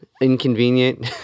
inconvenient